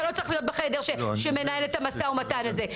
אתה לא צריך להיות בחדר שמתנהל בו המשא-ומתן הזה.